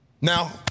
Now –